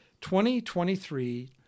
2023